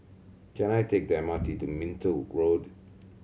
can I take the M R T to Minto Road